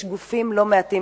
יש גופים לא מעטים,